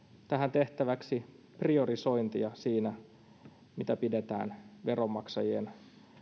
tehtäväksi priorisointia siinä mitä pidetään veronmaksajien